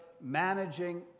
managing